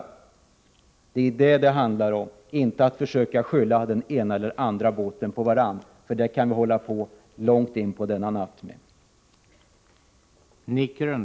Det är detta det handlar om, inte om att vi skall försöka lägga skulden för byggandet av den ena eller andra båten på varandra, för det kan vi hålla på med långt in på natten.